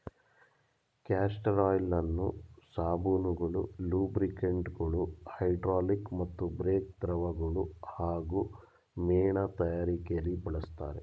castor ಆಯಿಲನ್ನು ಸಾಬೂನುಗಳು ಲೂಬ್ರಿಕಂಟ್ಗಳು ಹೈಡ್ರಾಲಿಕ್ ಮತ್ತು ಬ್ರೇಕ್ ದ್ರವಗಳು ಹಾಗೂ ಮೇಣ ತಯಾರಿಕೆಲಿ ಬಳಸ್ತರೆ